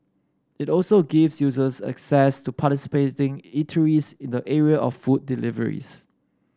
it also gives users access to participating eateries in the area of food deliveries